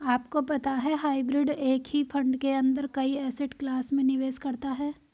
आपको पता है हाइब्रिड एक ही फंड के अंदर कई एसेट क्लास में निवेश करता है?